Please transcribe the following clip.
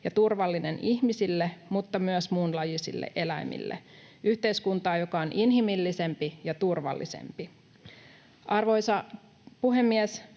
ja turvallinen ihmisille mutta myös muunlajisille eläimille, yhteiskuntaa, joka on inhimillisempi ja turvallisempi. Arvoisa puhemies!